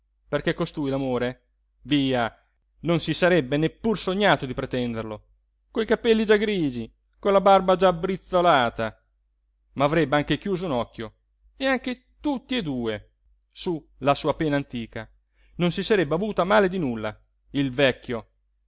perché costui l'amore via non si sarebbe neppur sognato di pretenderlo coi capelli già grigi con la barba già brizzolata ma avrebbe anche chiuso un occhio e anche tutti e due su la sua pena antica non si sarebbe avuto a male di nulla il vecchio